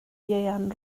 ieuan